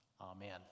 Amen